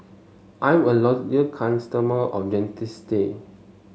I'm a loyal customer of Dentiste